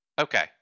Okay